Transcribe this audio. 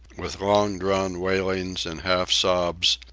with long-drawn wailings and half-sobs,